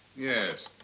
yes.